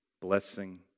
blessing